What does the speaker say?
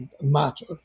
matter